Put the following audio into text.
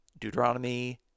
Deuteronomy